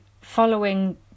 following